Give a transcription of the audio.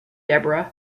deborah